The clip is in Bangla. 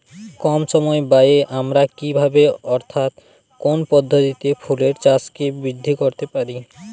কম সময় ব্যায়ে আমরা কি ভাবে অর্থাৎ কোন পদ্ধতিতে ফুলের চাষকে বৃদ্ধি করতে পারি?